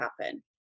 happen